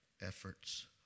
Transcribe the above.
efforts